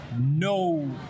no